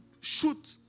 shoot